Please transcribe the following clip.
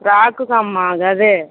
ఫ్రాక్కు అమ్మ గదే